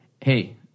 hey